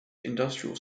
industrial